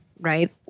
right